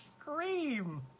scream